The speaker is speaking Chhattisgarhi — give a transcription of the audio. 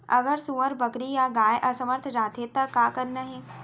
अगर सुअर, बकरी या गाय असमर्थ जाथे ता का करना हे?